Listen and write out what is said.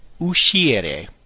uscire